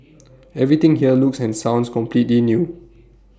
everything here looks and sounds completely new